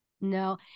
no